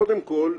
קודם כל,